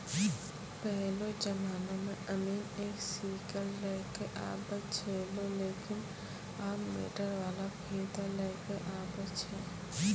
पहेलो जमाना मॅ अमीन एक सीकड़ लै क आबै छेलै लेकिन आबॅ मीटर वाला फीता लै कॅ आबै छै